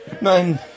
Nein